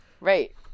right